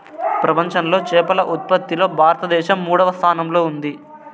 ప్రపంచంలో చేపల ఉత్పత్తిలో భారతదేశం మూడవ స్థానంలో ఉంది